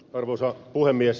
arvoisa puhemies